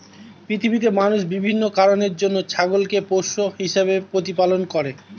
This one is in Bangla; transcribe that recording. পৃথিবীতে মানুষ বিভিন্ন কারণের জন্য ছাগলকে পোষ্য হিসেবে প্রতিপালন করে